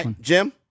Jim